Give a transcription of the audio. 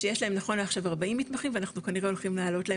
שיש להם נכון לעכשיו 40 מתמחים ואנחנו כנראה הולכים להעלות להם